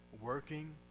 working